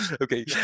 Okay